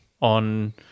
on –